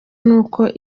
n’uko